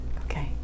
Okay